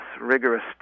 rigorous